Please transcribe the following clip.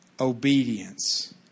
obedience